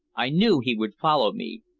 i knew he would follow me,